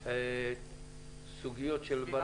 בהם עניין של זכויות עובדים או סוגיות של קיימות.